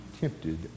tempted